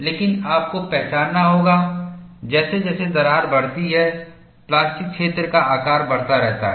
लेकिन आपको पहचानना होगा जैसे जैसे दरार बढ़ती है प्लास्टिक क्षेत्र का आकार बढ़ता रहता है